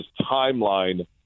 timeline